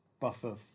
buffer